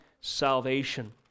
salvation